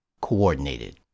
Coordinated